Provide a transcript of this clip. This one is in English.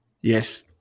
Yes